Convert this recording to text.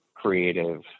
creative